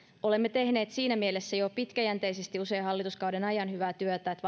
olemme tehneet siinä mielessä jo pitkäjänteisesti usean hallituskauden ajan hyvää työtä että